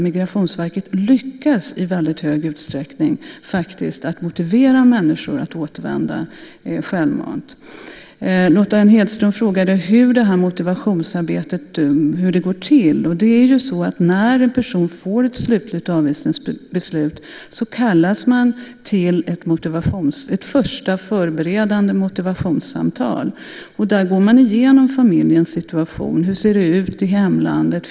Migrationsverket lyckas faktiskt i väldigt hög utsträckning motivera människor att återvända självmant. Lotta N Hedström frågade hur motivationsarbetet går till. Det är ju så att när en person får ett slutligt avvisningsbeslut kallas den personen till ett första förberedande motivationssamtal. Där går man igenom familjens situation. Hur ser det ut i hemlandet?